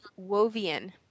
Wovian